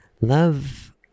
love